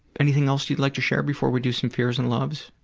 anything else you'd like to share before we do some fears and loves?